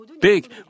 big